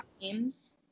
teams